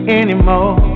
anymore